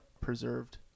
Preserved